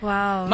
Wow